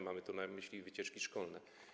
Mam tu na myśli wycieczki szkolne.